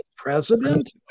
President